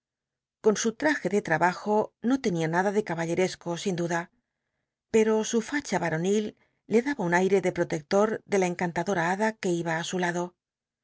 con su ll'aj c de ll'abajo no ten ia nada de caballcl'esco sin duda peo su facha yui'onil le daba un aire de protcclol de la cncanladom hada que iba ü su lado